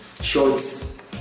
shorts